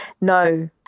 No